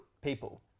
people